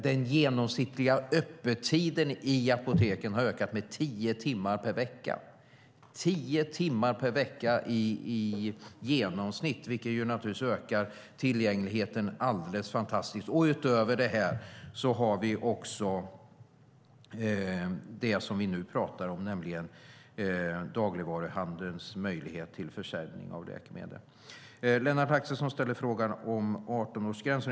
Den genomsnittliga öppettiden på apoteken har ökat med tio timmar per vecka. Det är tio timmar per vecka i genomsnitt, vilket naturligtvis ökar tillgängligheten alldeles fantastiskt. Utöver det har vi det som vi nu pratar om, nämligen dagligvaruhandelns möjlighet till försäljning av läkemedel. Lennart Axelsson ställde frågan om 18-årsgränsen.